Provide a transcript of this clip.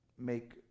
make